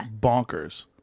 bonkers